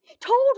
told